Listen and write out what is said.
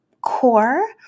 core